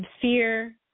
fear